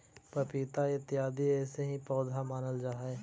पपीता इत्यादि ऐसे ही पौधे मानल जा हई